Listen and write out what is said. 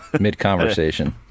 mid-conversation